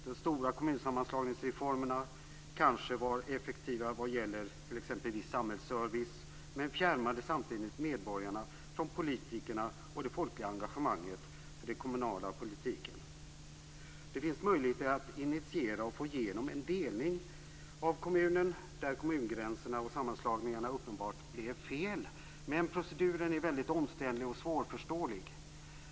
Den stora kommunsammanslagningsreformen kanske var effektiv vad gäller t.ex. viss samhällsservice, men den fjärmade samtidigt medborgarna från politikerna, och det folkliga engagemanget för den kommunala politiken minskar. Det finns möjligheter att initiera och få igenom en delning av kommunen där kommungränserna och sammanslagningarna uppenbart blev fel, men proceduren är väldigt omständlig och svårförståelig.